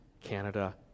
Canada